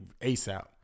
ASAP